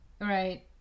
right